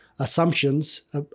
assumptions